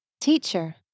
Teacher